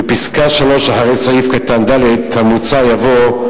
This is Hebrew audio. בפסקה (3), אחרי סעיף קטן (ד) המוצע, יבוא: